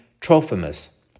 Trophimus